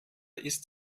ist